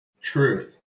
Truth